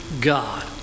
God